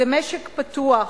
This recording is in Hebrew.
זה משק פתוח,